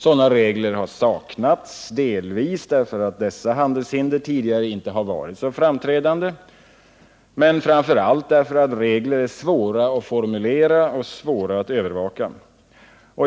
Sådana regler har saknats delvis därför att dessa handelshinder tidigare inte har varit så framträdande, men framför allt därför att regler är svåra att formulera och svåra att övervaka.